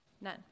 None